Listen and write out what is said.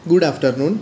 good afternoon